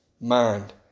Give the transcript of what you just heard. mind